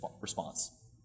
response